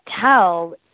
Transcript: tell